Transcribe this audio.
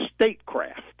statecraft